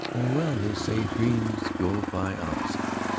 well, they say dreams go by opposites!